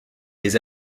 les